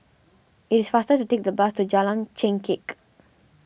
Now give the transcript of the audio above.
it's faster to take the bus to Jalan Chengkek